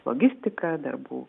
logistika darbų